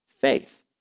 faith